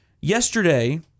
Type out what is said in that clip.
yesterday